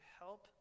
help